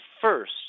first